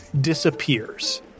disappears